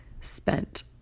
spent